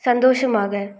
சந்தோஷமாக